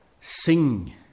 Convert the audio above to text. Sing